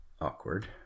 awkward